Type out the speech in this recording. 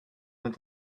met